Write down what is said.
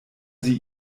sie